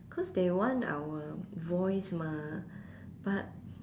cause they want our voice mah but